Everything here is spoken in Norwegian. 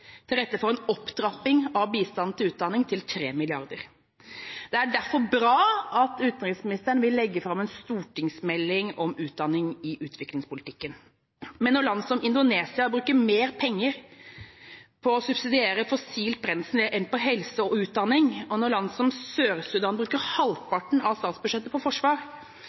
til rette for en opptrapping av bistanden til utdanning til 3 mrd. kr. Det er derfor bra at utenriksministeren vil legge fram en stortingsmelding om utdanning i utviklingspolitikken. Når land som Indonesia bruker mer penger på å subsidiere fossilt brensel enn på helse og utdanning, og når land som Sør-Sudan bruker halvparten av statsbudsjettet på forsvar,